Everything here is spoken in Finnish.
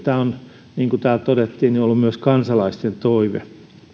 tämä on niin kuin täällä todettiin ollut myös kansalaisten toive